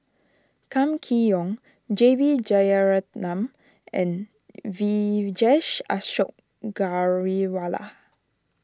Kam Kee Yong J B Jeyaretnam and Vijesh Ashok Ghariwala